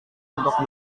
untuk